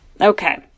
Okay